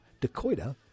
Dakota